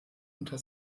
unter